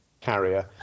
carrier